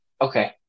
Okay